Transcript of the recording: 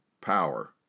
power